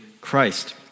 Christ